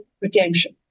redemption